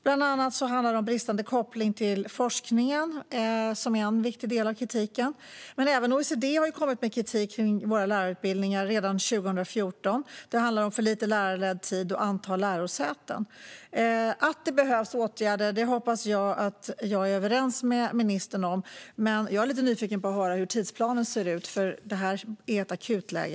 Bland annat handlar det om bristande koppling till forskningen, som är en viktig del av kritiken. Men även OECD kom med kritik kring våra lärarutbildningar redan 2014. Den handlade om för lite lärarledd tid och antal lärosäten. Att det behövs åtgärder hoppas jag att ministern är överens med mig om. Men jag är lite nyfiken på hur tidsplanen ser ut, för det är ett akut läge.